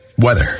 Weather